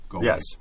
Yes